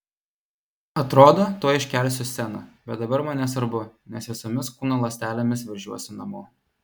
atrodo tuoj iškelsiu sceną bet dabar man nesvarbu nes visomis kūno ląstelėmis veržiuosi namo